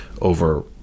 over